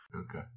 Okay